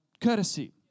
courtesy